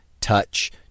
touch